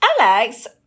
Alex